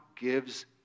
gives